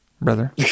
brother